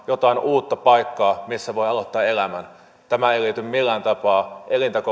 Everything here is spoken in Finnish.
jotain uutta paikkaa missä voi aloittaa elämän tämä ei liity millään tapaa